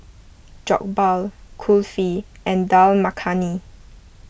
Jokbal Kulfi and Dal Makhani